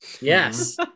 Yes